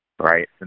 right